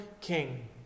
king